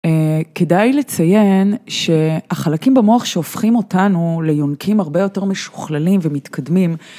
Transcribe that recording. כדאי לציין שהחלקים במוח שהופכים אותנו ליונקים הרבה יותר משוכללים ומתקדמים.